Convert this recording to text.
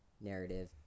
narrative